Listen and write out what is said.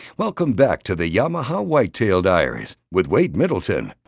welcome back to the yamaha whitetail diaries with wade middleton.